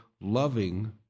loving